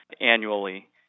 annually